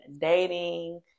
dating